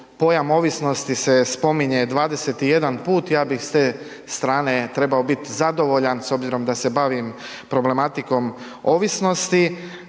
pojam ovisnosti se spominje 21 put, ja bih s te strane trebao bit zadovoljan s obzirom da se bavim problematikom ovisnosti,